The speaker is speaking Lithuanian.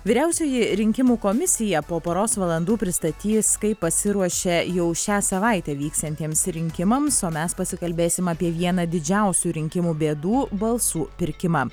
vyriausioji rinkimų komisija po poros valandų pristatys kaip pasiruošė jau šią savaitę vyksiantiems rinkimams o mes pasikalbėsim apie vieną didžiausių rinkimų bėdų balsų pirkimą